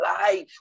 life